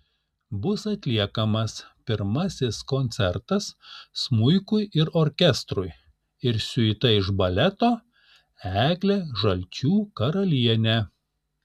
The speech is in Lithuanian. bus atliekamas pirmasis koncertas smuikui ir orkestrui ir siuita iš baleto eglė žalčių karalienė